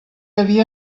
havia